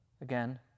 Again